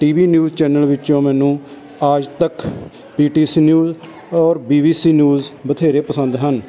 T V news channel ਵਿੱਚੋਂ ਮੈਨੂੰ Aaj Tak P T C news ਔਰ ਬੀ ਬੀ ਸੀ ਨਿਊਜ਼ ਬਥੇਰੇ ਪਸੰਦ ਹਨ